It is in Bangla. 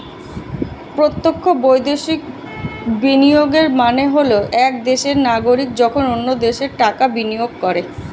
প্রত্যক্ষ বৈদেশিক বিনিয়োগের মানে হল এক দেশের নাগরিক যখন অন্য দেশে টাকা বিনিয়োগ করে